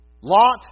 Lot